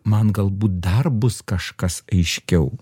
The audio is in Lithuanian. man galbūt dar bus kažkas aiškiau